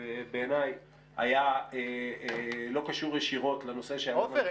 בעיניי לא היה קשור ישירות לנושא שעליו אנחנו מדברים.